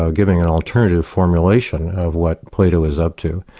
ah giving an alternative formulation of what plato was up to.